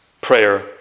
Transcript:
prayer